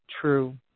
true